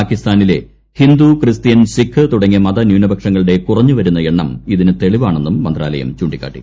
പാകിസ്ഥാനിലെ ഹിന്ദു ക്രിസ്ത്യൻ സിഖ് തുടങ്ങിയ മതന്യൂനപക്ഷങ്ങളുടെ കുറഞ്ഞു വരുന്ന എണ്ണം ഇതിന് തെളിവാണെന്നും മന്ത്രാലയം ചൂണ്ടിക്കാട്ടി